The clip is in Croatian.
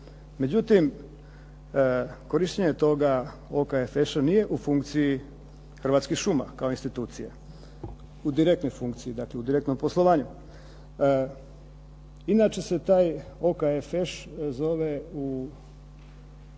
Međutim korištenje toga OKFŠ-a nije u funkciji Hrvatskih šuma kao institucije, u direktnoj funkciji, dakle u direktnom poslovanju. Inače se taj OKFŠ zove u